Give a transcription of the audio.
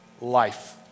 Life